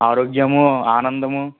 ఆరోగ్యము ఆనందము